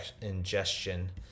ingestion